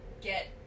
get